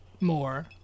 more